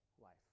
life